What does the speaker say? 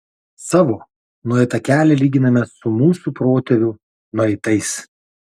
savo nueitą kelią lyginame su mūsų protėvių nueitais